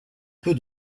peu